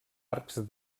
arcs